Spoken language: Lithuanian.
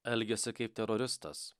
elgiasi kaip teroristas